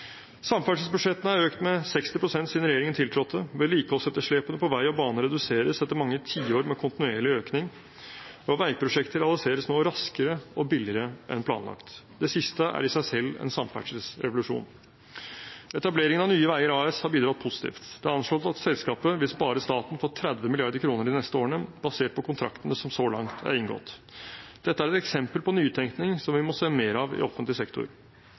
Samferdselsbudsjettene er økt med 60 pst. siden regjeringen tiltrådte, vedlikeholdsetterslepene på vei og bane reduseres etter mange tiår med kontinuerlig økning, og veiprosjekter realiseres nå raskere og billigere enn planlagt. Det siste er i seg selv en samferdselsrevolusjon. Etableringen av Nye Veier AS har bidratt positivt. Det er anslått at selskapet vil spare staten for 30 mrd. kr de neste årene, basert på kontraktene som så langt er inngått. Dette er et eksempel på nytenkning som vi må se mer av i offentlig sektor.